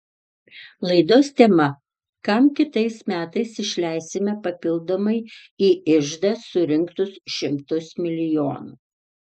laidos tema kam kitais metais išleisime papildomai į iždą surinktus šimtus milijonų